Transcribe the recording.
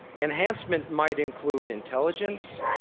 enhancement might include intelligence,